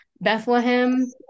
Bethlehem